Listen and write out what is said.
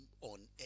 on